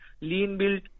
lean-built